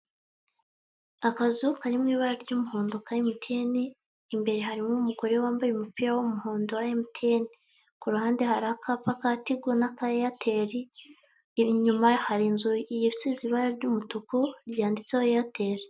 Akazu karimo ibara ry'umuhondo ka emutiyene imbere harimo umugore wambaye umupira w'umuhondo wa emutiyene, ku ruhande hari akapa ka tigo n'aka eyateri, inyuma hari inzu isize ibara ry'umutuku ryanditseho eyateri.